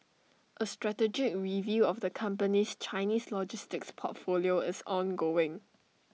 A strategic review of the company's Chinese logistics portfolio is ongoing